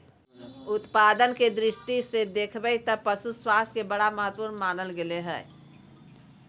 उत्पादन के दृष्टि से देख बैय त पशु स्वास्थ्य के बड़ा महत्व मानल गले हइ